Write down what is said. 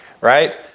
Right